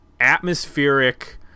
atmospheric